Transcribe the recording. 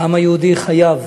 העם היהודי חייב,